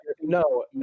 No